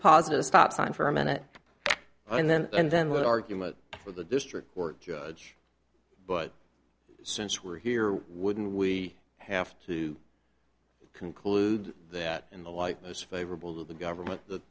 positive a stop sign for a minute and then and then would argument for the district court judge but since we're here wouldn't we have to conclude that in the light was favorable to the government th